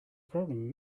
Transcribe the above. problem